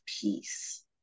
peace